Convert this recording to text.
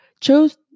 Chose